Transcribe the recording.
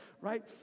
right